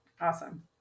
awesome